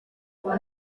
ngo